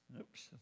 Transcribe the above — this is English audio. Oops